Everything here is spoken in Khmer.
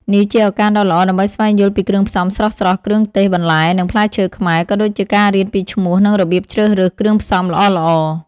នេះជាឱកាសដ៏ល្អដើម្បីស្វែងយល់ពីគ្រឿងផ្សំស្រស់ៗ គ្រឿងទេស បន្លែ និងផ្លែឈើខ្មែរ ក៏ដូចជាការរៀនពីឈ្មោះ និងរបៀបជ្រើសរើសគ្រឿងផ្សំល្អៗ ។